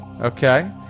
okay